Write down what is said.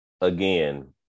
Again